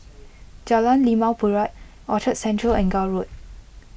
Jalan Limau Purut Orchard Central and Gul Road